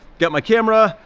got my camera,